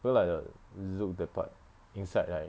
go like the zouk that part inside right